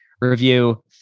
review